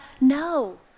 no